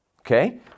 Okay